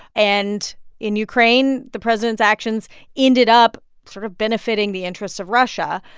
and in ukraine, the president's actions ended up sort of benefiting the interests of russia.